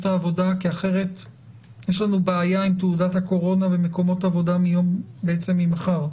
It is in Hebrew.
העבודה כי אחרת יש לנו בעיה עם תעודת הקורונה במקומות עבודה בעצם ממחר.